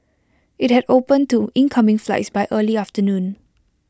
IT had opened to incoming flights by early afternoon